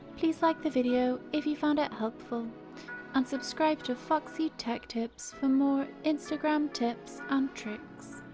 please like the video if you found it helpful and subscribe to foxy tech tips for more instagram tips and tricks.